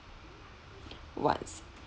what's